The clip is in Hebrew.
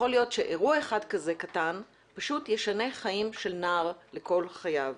יכול להיות שאירוע אחד כזה קטן פשוט ישנה חיים של נער לכל חייו.